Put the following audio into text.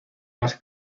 las